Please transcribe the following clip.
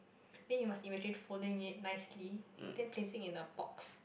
then you must imagine folding it nicely then placing in a box